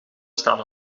staan